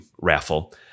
raffle